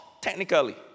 technically